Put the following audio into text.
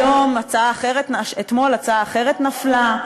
אתמול הצעה אחרת נפלה.